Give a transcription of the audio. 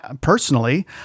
personally